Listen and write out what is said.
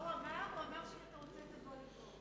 הוא אמר שאם אתה רוצה, תבוא לפה.